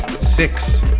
Six